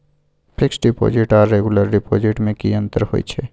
Fix deposit आर regular deposit में की अंतर होय छै?